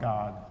God